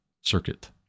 circuit